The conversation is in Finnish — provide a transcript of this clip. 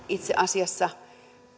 itse asiassa